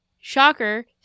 shocker